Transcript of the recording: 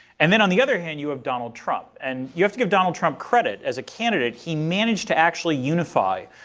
and then on the other hand, you have donald trump. and you have to give donald trump credit. as a candidate, he managed to actually unify